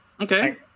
Okay